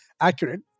accurate